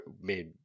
made